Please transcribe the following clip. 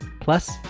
Plus